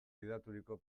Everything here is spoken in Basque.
gidaturiko